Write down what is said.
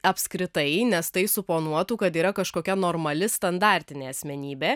apskritai nes tai suponuotų kad yra kažkokia normali standartinė asmenybė